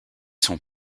sont